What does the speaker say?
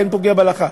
כן פוגע בהלכה.